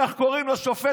תודה רבה,